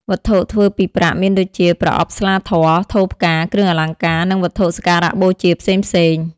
វត្ថុធ្វើពីប្រាក់មានដូចជា ប្រអប់ស្លាធម៌ ថូផ្កា គ្រឿងអលង្ការ និង វត្ថុសក្ការៈបូជា ផ្សេងៗ។